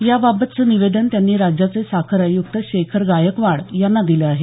याबाबतचं निवेदन त्यांनी राज्याचे साखर आयुक्त शेखर गायकवाड यांना दिलं आहे